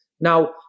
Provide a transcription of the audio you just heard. Now